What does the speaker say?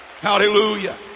Hallelujah